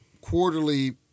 quarterly